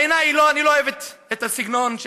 בעיניי אני לא אוהב את הסגנון של